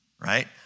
right